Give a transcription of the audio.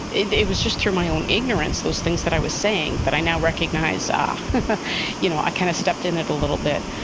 it it was just through my own ignorance, those things that i was saying that i now recognize. you know, i kind of stepped in it a little bit.